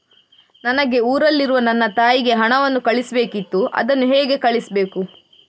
ನನಗೆ ಊರಲ್ಲಿರುವ ನನ್ನ ತಾಯಿಗೆ ಹಣವನ್ನು ಕಳಿಸ್ಬೇಕಿತ್ತು, ಅದನ್ನು ಹೇಗೆ ಕಳಿಸ್ಬೇಕು?